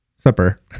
supper